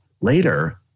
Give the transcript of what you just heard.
later